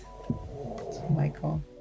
Michael